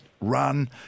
run